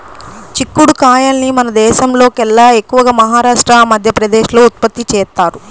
చిక్కుడు కాయల్ని మన దేశంలోకెల్లా ఎక్కువగా మహారాష్ట్ర, మధ్యప్రదేశ్ లో ఉత్పత్తి చేత్తారు